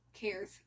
cares